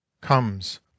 comes